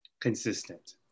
consistent